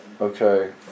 okay